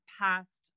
past